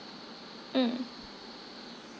mm